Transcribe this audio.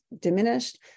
diminished